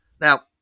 Now